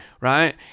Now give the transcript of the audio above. Right